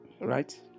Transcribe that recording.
right